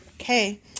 Okay